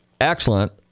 excellent